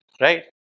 right